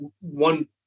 one